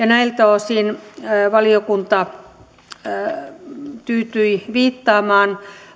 näiltä osin valiokunta tyytyi viittaamaan